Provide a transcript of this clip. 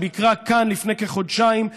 שביקרה כאן לפני כחודשיים,